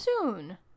soon